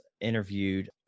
interviewed